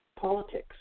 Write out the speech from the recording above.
politics